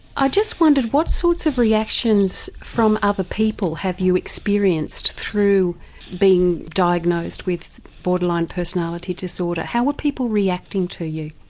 i just wondered what sorts of reactions from other people have you experienced through being diagnosed with borderline personality disorder. how were people reacting to you?